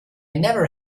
never